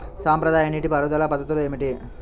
సాంప్రదాయ నీటి పారుదల పద్ధతులు ఏమిటి?